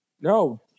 no